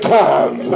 time